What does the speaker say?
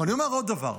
אני אומר עוד דבר,